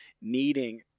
needing –